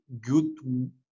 good